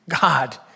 God